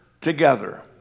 together